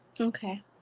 Okay